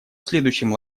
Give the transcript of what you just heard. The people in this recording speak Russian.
следующем